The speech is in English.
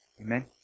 Amen